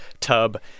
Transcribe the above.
tub